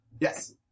Yes